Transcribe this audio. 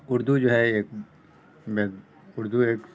اردو جو ہے ایک اردو ایک